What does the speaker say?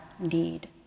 need